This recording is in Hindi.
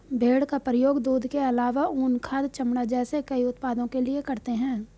भेड़ का प्रयोग दूध के आलावा ऊन, खाद, चमड़ा जैसे कई उत्पादों के लिए करते है